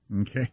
Okay